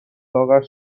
لاغر